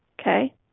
Okay